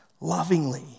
lovingly